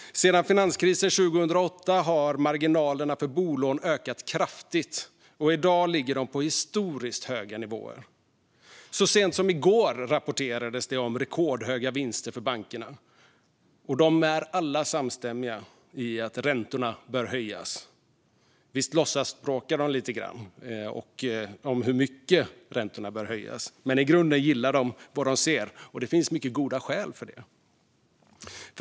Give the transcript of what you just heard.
Sedan finanskrisen 2008 har marginalerna för bolån ökat kraftigt, och i dag ligger de på historiskt höga nivåer. Så sent som i går rapporterades det om rekordhöga vinster för bankerna, och de är samstämmiga i att räntorna bör höjas. Visst låtsasbråkar de lite om hur mycket de bör höjas, men i grunden gillar de vad de ser. Det finns också mycket goda skäl för det.